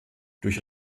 durch